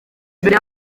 imbere